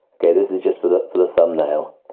ok. this is just for the for the thumbnail